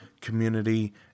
community